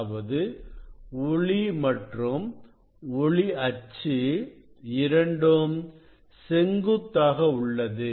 அதாவது ஒளி மற்றும் ஒளி அச்சு இரண்டும் செங்குத்தாக உள்ளது